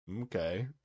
Okay